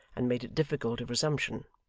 and made it difficult of resumption.